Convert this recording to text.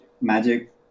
Magic